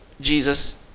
Jesus